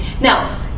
Now